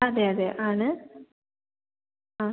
അതെ അതെ ആണ് ആ